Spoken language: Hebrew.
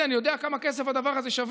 כי הוא